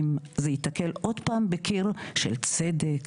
אם זה ייתקל עוד פעם בקיר של צדק,